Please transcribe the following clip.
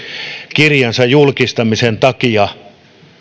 kirjansa julkistamisen takia